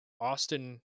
Austin